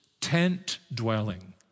tent-dwelling